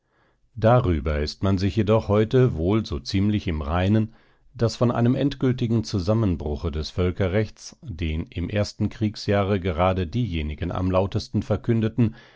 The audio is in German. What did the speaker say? darüber ist man sich jedoch heute wohl so ziemlich im reinen daß von einem endgültigen zusammenbruche des völkerrechts den im ersten kriegsjahre gerade diejenigen am lautesten verkündeten